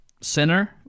Center